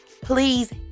please